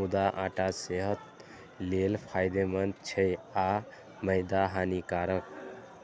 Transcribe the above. मुदा आटा सेहत लेल फायदेमंद छै आ मैदा हानिकारक